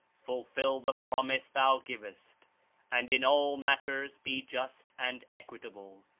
fulfill the promise thou givest and in all matters be just and equitable.